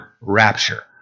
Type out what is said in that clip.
rapture